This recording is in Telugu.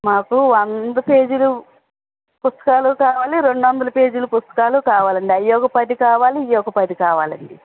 మాకు వంద పేజీలు పుస్తకాలు కావాలి రెండు వందల పేజీలు పుస్తకాలు కావాలండి అవి ఒక పది కావాలి ఇవి ఒక పది కావాలండి